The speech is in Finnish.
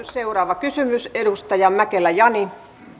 seuraava kysymys edustaja jani mäkelä